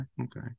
okay